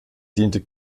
diente